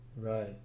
Right